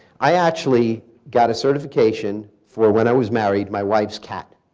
i actually got a certification, for when i was married, my wife's cat.